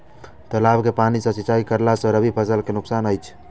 तालाब के पानी सँ सिंचाई करला स रबि फसल के नुकसान अछि?